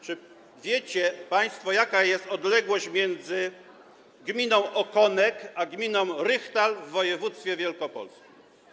Czy wiecie państwo, jaka jest odległość między gminą Okonek a gminą Rychtal w województwie wielkopolskim?